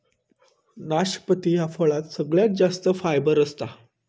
नाशपती ह्या फळात सगळ्यात जास्त फायबर असता